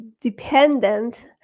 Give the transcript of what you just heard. dependent